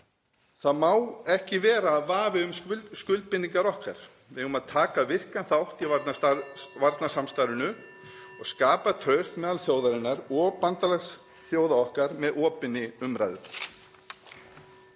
Það má ekki vera vafi um skuldbindingar okkar. Við eigum að taka virkan þátt í varnarsamstarfinu og skapa traust meðal þjóðarinnar og bandalagsþjóða okkar með opinni umræðu.